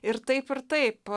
ir taip ir taip